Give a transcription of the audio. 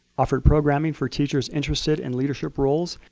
offered programming for teachers interested in leadership roles,